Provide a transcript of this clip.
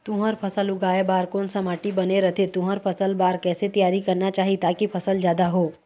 तुंहर फसल उगाए बार कोन सा माटी बने रथे तुंहर फसल बार कैसे तियारी करना चाही ताकि फसल जादा हो?